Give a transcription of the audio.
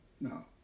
No